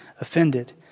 offended